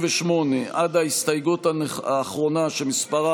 קבוצת סיעת מרצ וקבוצת סיעת הרשימה המשותפת לפני